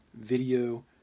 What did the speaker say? video